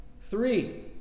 Three